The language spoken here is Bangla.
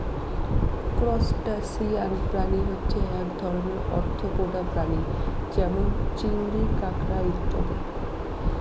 ত্রুসটাসিয়ান প্রাণী হচ্ছে এক ধরনের আর্থ্রোপোডা প্রাণী যেমন চিংড়ি, কাঁকড়া ইত্যাদি